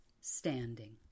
standing